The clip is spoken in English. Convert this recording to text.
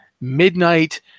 Midnight